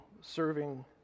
serving